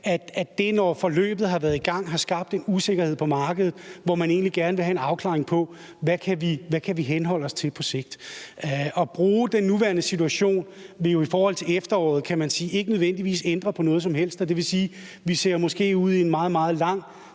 at det, når forløbet har været i gang, har skabt en usikkerhed på markedet, og at man egentlig gerne ville have en afklaring af, hvad vi kan henholde os til på sigt. Den nuværende situation vil jo i forhold til efteråret, kan man sige, ikke nødvendigvis ændre på noget som helst, og vi har måske at gøre med en meget, meget lang